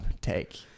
take